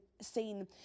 scene